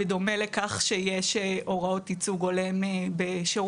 בדומה לכך שיש הוראות ייצוג הולם בשירות